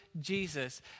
Jesus